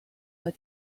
but